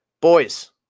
Boys